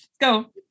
go